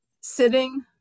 sitting